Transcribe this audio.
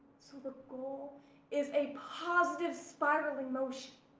so the goal is a positive spiraling motion,